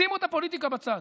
שימו את הפוליטיקה בצד.